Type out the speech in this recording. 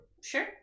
Sure